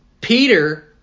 Peter